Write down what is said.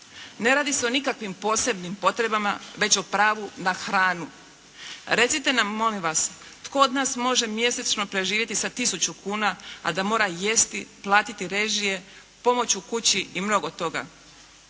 Ne radi se o nikakvim posebnim potrebama već o pravu na hranu. Recite nam molim vas tko od nas može mjesečno preživjeti sa 1000 kuna a da mora jesti, platiti režije, pomoć u kući i mnogo toga?